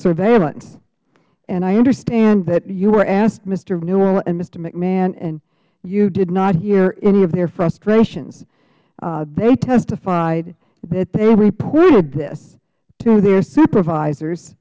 surveillance and i understand that you were asked mister newell and mr hmcmahon and you did not hear any of their frustrations they testified that they reported this to their supervisors